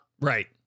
Right